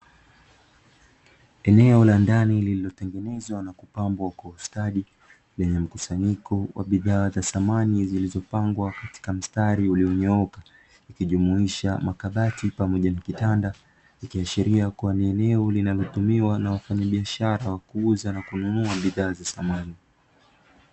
Eneo la ndani lililotengenezwa na kupambwa kwa ustadi, lenye mkusanyiko wa bidhaa za samani zilizopangwa katika mstari ulionyooka, ikijumuisha makabati pamoja na kitanda. Ikiashiria kuwa ni eneo linalotumiwa na wafanyabiashara wa kuuza na kununua bidhaa za samani.